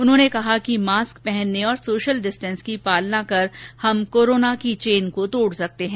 उन्होंने कहा कि मास्क पहनने और सोशल डिस्टेंस की पालना कर हम कोरोना चेन को तोड़ सकते हैं